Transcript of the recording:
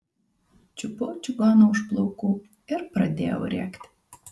čiupau čigoną už plaukų ir pradėjau rėkti